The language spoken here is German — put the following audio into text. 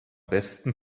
besten